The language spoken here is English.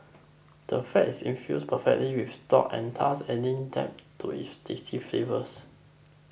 the fat is infused perfectly with the stock and thus adding depth to its tasty flavours